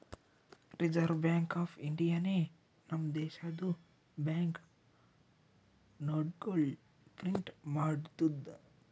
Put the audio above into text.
reserve Bank of ಇಂಡಿಯಾನೆ ನಮ್ ದೇಶದು ಬ್ಯಾಂಕ್ ನೋಟ್ಗೊಳ್ ಪ್ರಿಂಟ್ ಮಾಡ್ತುದ್